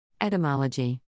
Etymology